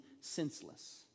senseless